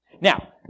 Now